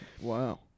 Wow